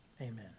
Amen